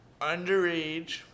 underage